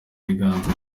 biganza